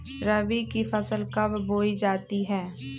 रबी की फसल कब बोई जाती है?